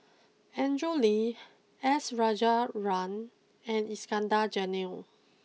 Andrew Lee S Rajendran and Iskandar Jalil